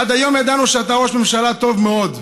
עד היום ידענו שאתה ראש ממשלה טוב מאוד,